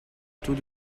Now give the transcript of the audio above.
taux